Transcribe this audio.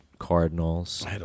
Cardinals